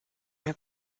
mir